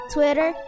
Twitter